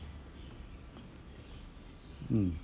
mm